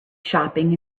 shopping